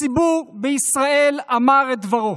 הציבור בישראל אמר את דברו.